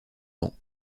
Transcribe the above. vents